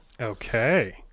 okay